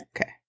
Okay